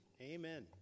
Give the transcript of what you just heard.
amen